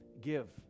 give